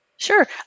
Sure